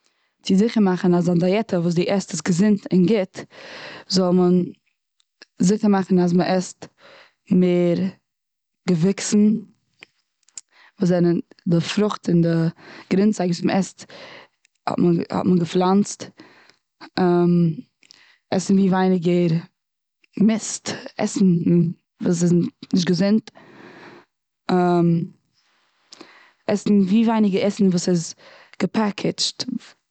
צו זיכער מאכן אז דיין דייעטע וואס די עסט איז געזונט, און גוט, זאל מען, זיכער מאכן אז מ'עסט מער געוויקסן, וואס זענען די פרוכט, און די גרינצייג, וואס מ'עסט האט מען געפלאנצט. עסן ווי ווייניגער מיסט, עסן וואס איז נישט געזונט עסן ווי ווייניגער עסן וואס איז געפעקידזשט.